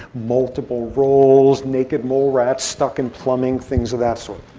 multiple roles, naked mole rats stuck in plumbing, things of that sort.